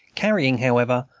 carrying, however,